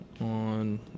on